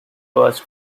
was